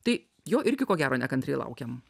tai jo irgi ko gero nekantriai laukiam